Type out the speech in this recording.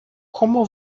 como